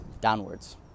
downwards